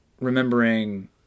remembering